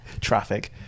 Traffic